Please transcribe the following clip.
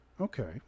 Okay